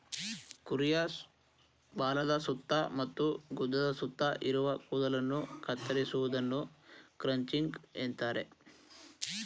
ಕುರಿಯ ಬಾಲದ ಸುತ್ತ ಮತ್ತು ಗುದದ ಸುತ್ತ ಇರುವ ಕೂದಲನ್ನು ಕತ್ತರಿಸುವುದನ್ನು ಕ್ರಚಿಂಗ್ ಅಂತರೆ